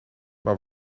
maar